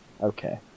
Okay